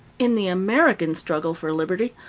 in the american struggle for liberty,